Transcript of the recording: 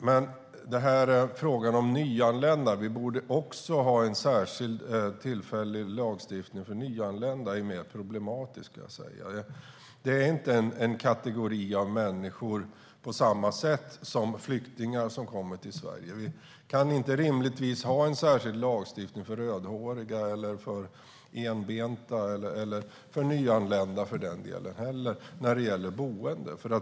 Men att vi också skulle ha en särskild tillfällig lagstiftning för nyanlända är mer problematiskt. Det är inte en kategori av människor på samma sätt som flyktingar som kommer till Sverige. Vi kan rimligtvis inte ha särskilda lagstiftningar för rödhåriga, för enbenta eller för nyanlända när det gäller boende.